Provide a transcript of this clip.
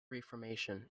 reformation